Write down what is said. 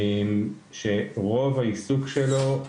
שרוב העיסוק שלו,